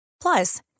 Plus